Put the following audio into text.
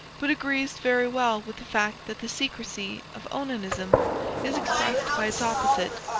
but agrees very well with the fact that the secrecy of onanism is expressed by its opposite.